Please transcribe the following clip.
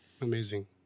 Amazing